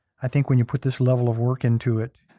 i think when you put this level of work into it,